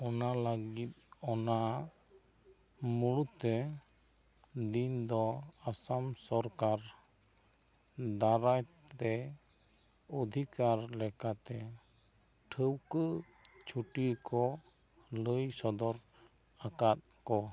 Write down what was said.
ᱚᱱᱟ ᱞᱟᱜᱤᱫ ᱚᱱᱟ ᱢᱩᱲᱩᱫ ᱨᱮ ᱫᱤᱱ ᱫᱚ ᱟᱥᱟᱢ ᱥᱚᱨᱠᱟᱨ ᱫᱟᱨᱟᱭ ᱛᱮ ᱚᱫᱷᱤᱠᱟᱨ ᱞᱮᱠᱟᱛᱮ ᱴᱷᱟᱹᱣᱠᱟᱹ ᱪᱷᱩᱴᱤ ᱠᱚ ᱞᱟᱹᱭ ᱥᱚᱫᱚᱨ ᱟᱠᱟᱫ ᱠᱚ